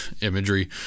imagery